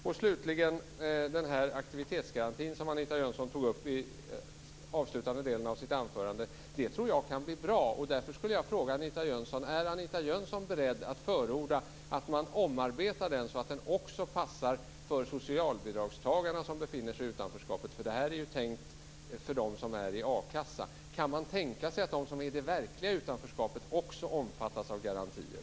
Anita Jönsson tog upp den här aktivitetsgarantin i den avslutande delen av sitt anförande. Jag tror att den kan bli bra. Därför skulle jag vilja fråga Anita Jönsson om hon är beredd att förorda att man omarbetar den så att den också passar för socialbidragstagarna som befinner sig i utanförskapet. Det här är ju tänkt för dem som har a-kassa. Kan man tänka sig att de som befinner sig i det verkliga utanförskapet också omfattas av garantier?